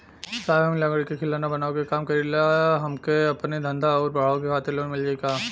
साहब हम लंगड़ी क खिलौना बनावे क काम करी ला हमके आपन धंधा अउर बढ़ावे के खातिर लोन मिल जाई का?